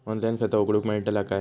Online खाता उघडूक मेलतला काय?